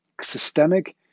systemic